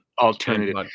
alternative